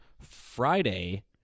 Friday